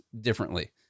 differently